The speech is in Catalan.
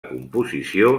composició